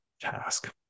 task